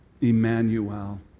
Emmanuel